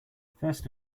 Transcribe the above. first